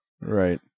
Right